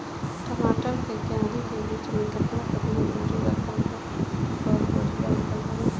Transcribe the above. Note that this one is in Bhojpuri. टमाटर के क्यारी के बीच मे केतना केतना दूरी रखला पर बढ़िया उपज होई?